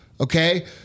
Okay